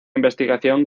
investigación